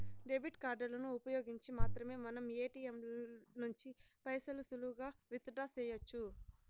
debit కార్డులను ఉపయోగించి మాత్రమే మనం ఏటియంల నుంచి పైసలు సులువుగా విత్ డ్రా సెయ్యొచ్చు